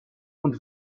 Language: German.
und